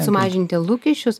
sumažinti lūkesčius